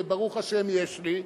וברוך השם יש לי,